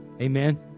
Amen